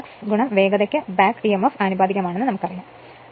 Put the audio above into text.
flux വേഗതയ്ക്ക് back EMF ആനുപാതികമാണെന്ന് നമുക്കറിയാം